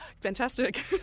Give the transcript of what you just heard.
Fantastic